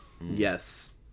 Yes